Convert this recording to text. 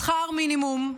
בשכר מינימום,